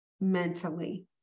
mentally